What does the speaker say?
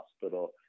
hospital